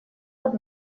под